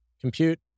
compute